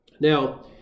Now